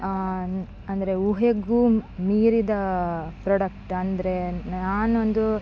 ಅಂದರೆ ಊಹೆಗೂ ಮೀರಿದ ಪ್ರಾಡಕ್ಟ್ ಅಂದರೆ ನಾನೊಂದು